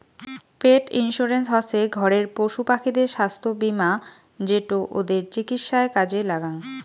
পেট insurance হসে ঘরের পশুপাখিদের ছাস্থ্য বীমা যেটো ওদের চিকিৎসায় কাজে লাগ্যাং